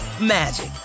magic